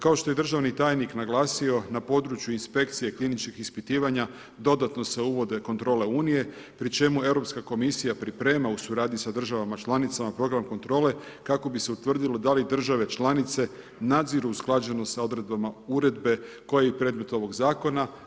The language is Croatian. Kao što je državni tajnik naglasio, na području inspekcije kliničkih ispitivanja dodatno se uvode kontrole unije, pri čemu europska komisija priprema u suradnji sa državama članicama program kontrole kako bi se utvrdilo da li države članice nadziru usklađenost sa odredbama uredbe koja je i predmet ovog Zakona.